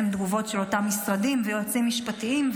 תגובות של אותם משרדים ויועצים משפטיים,